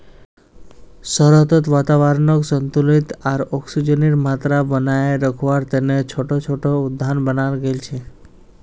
शहरत वातावरनक संतुलित आर ऑक्सीजनेर मात्रा बनेए रखवा तने छोटो छोटो उद्यान बनाल गेल छे